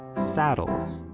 saddles,